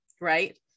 right